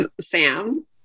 Sam